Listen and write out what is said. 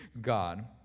God